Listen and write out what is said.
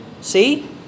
See